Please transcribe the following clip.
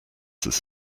this